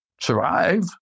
survive